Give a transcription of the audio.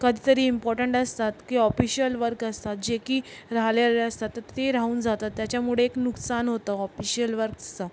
कधीरी important असतात की official work असतात जे की राहिलेले असतात तर ते राहून जातात त्याच्यामुळे एक नुकसान होतं ऑपिशियल वर्कसं